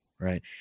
Right